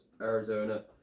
Arizona